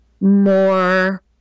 more